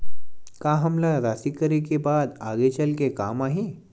का हमला राशि करे के बाद आगे चल के काम आही?